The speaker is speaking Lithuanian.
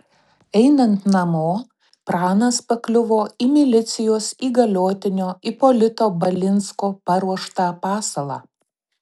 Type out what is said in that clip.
einant namo pranas pakliuvo į milicijos įgaliotinio ipolito balinsko paruoštą pasalą